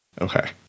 Okay